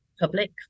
public